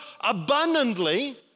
abundantly